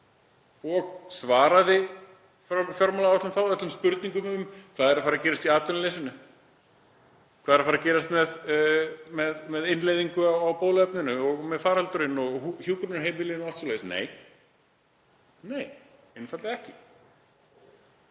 þá öllum spurningum? Hvað er að fara að gerast í atvinnuleysinu? Hvað er að fara að gerast með innleiðingu á bóluefni og með faraldurinn og hjúkrunarheimilin og allt svoleiðis? Nei, nei, einfaldlega ekki.